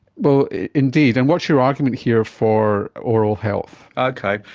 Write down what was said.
but indeed. and what's your argument here for oral health? okay,